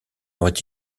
aurait